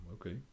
okay